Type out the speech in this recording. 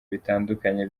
bitandukanye